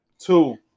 Two